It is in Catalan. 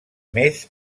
més